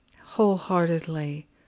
wholeheartedly